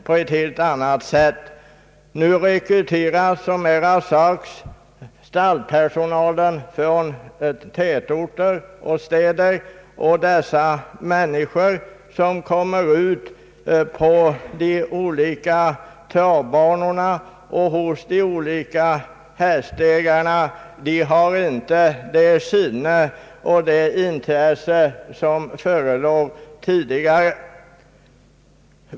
Såsom här har sagts rekryteras nu stallpersonalen från städer och andra tätorter, och de människor som kommer ut på de olika travbanorna och till de olika hästägarna har inte samma sinne och intresse som var vanligt tidigare.